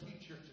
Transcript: teacher